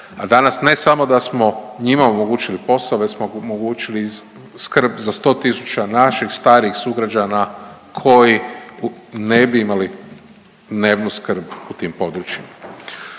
a danas ne samo da smo njima omogućili posao već smo omogućili i skrb za 100 tisuća naših starijih sugrađana koji ne bi imali dnevnu skrb u tim područjima.